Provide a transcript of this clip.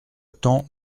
temps